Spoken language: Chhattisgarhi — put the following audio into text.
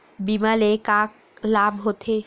बीमा ले का लाभ होथे?